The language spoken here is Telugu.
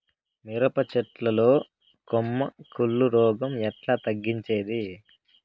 మిరప చెట్ల లో కొమ్మ కుళ్ళు రోగం ఎట్లా తగ్గించేది?